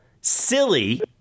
silly